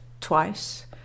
twice